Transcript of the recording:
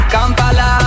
Kampala